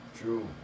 True